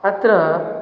अत्र